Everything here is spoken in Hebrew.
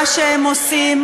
מה שהם עושים,